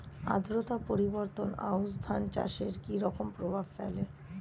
আদ্রতা পরিবর্তন আউশ ধান চাষে কি রকম প্রভাব ফেলে?